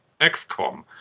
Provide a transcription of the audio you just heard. XCOM